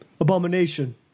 abomination